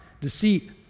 deceit